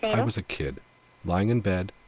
i was a kid lying in bed,